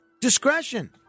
discretion